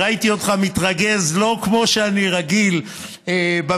וראיתי אותך מתרגז, לא כמו שאני רגיל במפגשים,